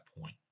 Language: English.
point